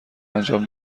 انجام